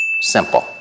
Simple